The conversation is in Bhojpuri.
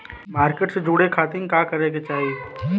मार्केट से जुड़े खाती का करे के चाही?